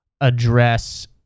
address